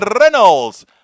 Reynolds